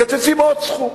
מקצצים עוד סכום.